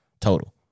total